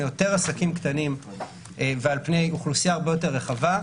יותר עסקים קטנים ועל פני אוכלוסייה הרבה יותר רחבה,